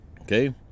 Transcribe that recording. Okay